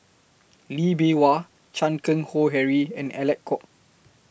Lee Bee Wah Chan Keng Howe Harry and Alec Kuok